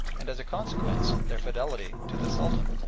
and, as a consequence, their fidelity to the sultan.